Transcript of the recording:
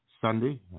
Sunday